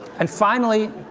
and finally,